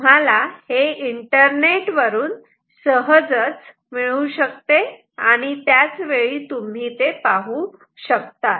तुम्ही हे इंटरनेट वरून सहज त्याच वेळी पाहू शकतात